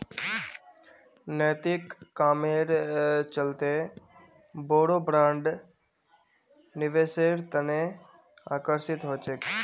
नैतिक कामेर चलते बोरो ब्रैंड निवेशेर तने आकर्षित ह छेक